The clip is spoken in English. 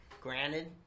Granted